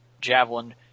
javelin